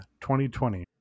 2020